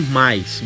mais